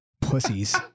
pussies